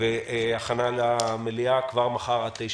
ולהכנה למליאה כבר מחר ב-09:45.